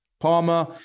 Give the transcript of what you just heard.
Palmer